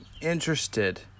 interested